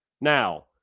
now